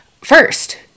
first